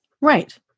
Right